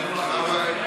בוא נלך לכספים.